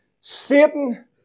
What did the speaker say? Satan